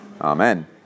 Amen